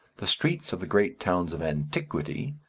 the streets of the great towns of antiquity,